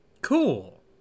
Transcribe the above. Cool